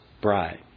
bride